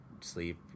sleep